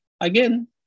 Again